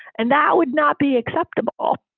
and that would not be acceptable.